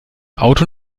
auto